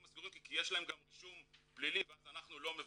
הסגורים כי יש להם גם רישום פלילי ואז אנחנו לא מבטלים.